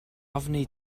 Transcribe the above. ofni